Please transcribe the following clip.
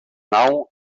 nau